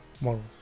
morals